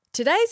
Today's